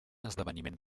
esdeveniment